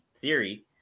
theory